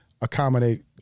accommodate